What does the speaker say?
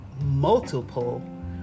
multiple